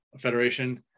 federation